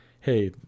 hey